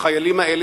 החיילים האלה,